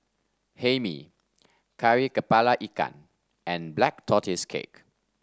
Hae Mee Kari kepala Ikan and Black Tortoise Cake